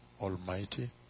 almighty